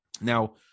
Now